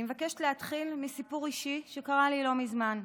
אני מבקשת להתחיל מסיפור אישי שקרה לי לא מזמן: